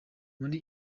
muri